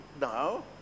now